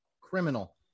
Criminal